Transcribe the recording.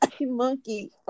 Monkey